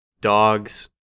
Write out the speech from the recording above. dogs